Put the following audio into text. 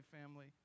family